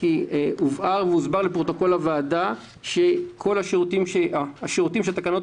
הובהר והוסבר בפרוטוקול הוועדה שהשירותים שהתקנות